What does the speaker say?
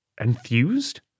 enthused